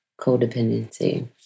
codependency